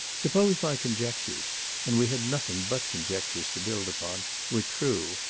suppose my conjectures and we had nothing but conjectures to build upon were true,